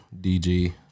DG